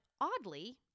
oddly